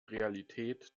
realität